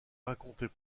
racontait